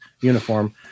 uniform